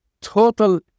total